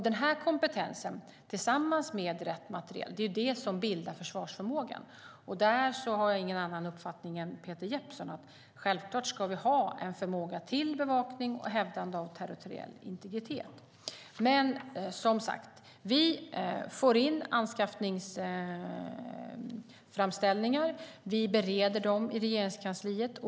Denna kompetens tillsammans med rätt materiel är vad som bildar förvarsförmågan. Där har jag ingen annan uppfattning än Peter Jeppsson. Vi ska självklart ha en förmåga till bevakning och hävdande av territoriell integritet. Vi får in anskaffningsframställningar. Vi bereder dem i Regeringskansliet.